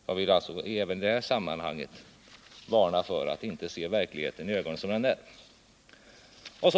Jag vill också i det sammanhanget varna för att inte se verkligheten som den är.